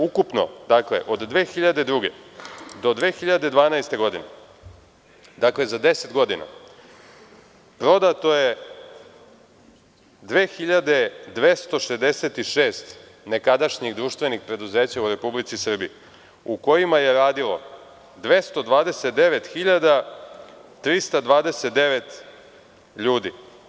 Ukupno od 2002. do 2012. godine, za 10 godina, prodato je 2.266 nekadašnjih društvenih preduzeća u Republici Srbiji, u kojima je radilo 229.329 ljudi.